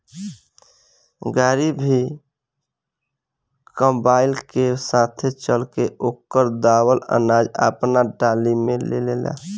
गाड़ी भी कंबाइन के साथे चल के ओकर दावल अनाज आपना टाली में ले लेला